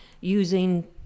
using